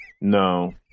No